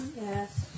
Yes